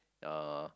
uh